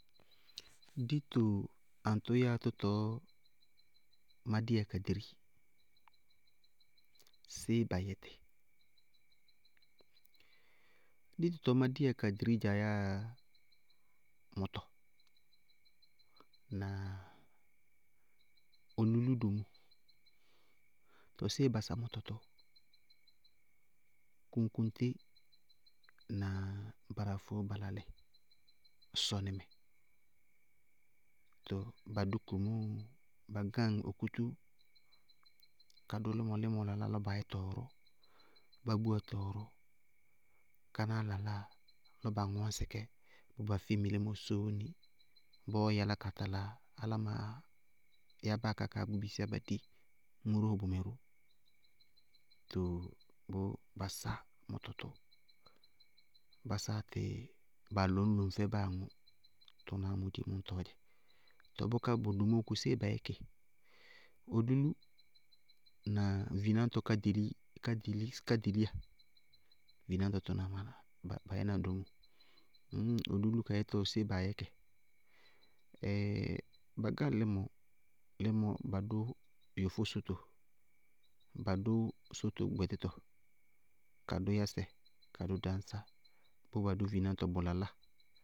Dito aŋtʋ yáa tʋtɔɔ má diyá ka diri, séé ba yɛtɩ? Dito tɔɔ má diyá ka diri dza yáa mʋtɔ, na olúlú domóo. Tɔɔ séé ba sá mʋtɔ tʋ? Kuŋkuŋté na barafóó ba lalíɩ sɔnɩmɛ. Tɔɔ ba dʋ kumóo, ba gáŋ okútú ka dʋ lɩmɔ, límɔ laláa, lɔ ba yɛ tɔɔrʋ, bá bʋá tɔɔrʋ, bá yɛyá tɔɔrʋ, kánáá laláa lɔ ba ŋʋñsɩ kɛ, lɔ ba fi mɩlímɔ sóóni, bɔɔɔ yálá ka tala áláma yábáa kaá bʋ bisiyá bá dí, mʋró wɛ bʋmɛ ró. Tɔɔ bʋʋ bá sáa mʋtɔ tʋ, bá sáa tí, ba loñ loŋ fɛ báa aŋʋ, tʋnáá mʋ di mʋñtɔɔ dzɛ. Tɔɔ bʋká bʋ domóo kʋ séé ba yɛ kɩ? Olúlú na vináñtɔ káɖelí- káɖelí- káɖelíya vináñtɔ tɔɔ na máná ba yɛ na bʋ domóo kʋ. Olúlú ka yɛtɔ, séé ba yɛ kɛ? Ɛɛɛ ba gáŋ límɔ, límɔ ba dʋ yofósoto, ba dʋ sóto gbɛtítɔ, ka dʋ yase ka dʋ dañsá, bʋʋ ba dʋ vináñtɔ bʋ laláa